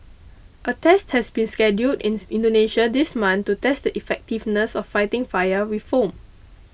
a test has been scheduled in Indonesia this month to test the effectiveness of fighting fire with foam